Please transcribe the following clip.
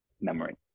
memory